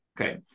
Okay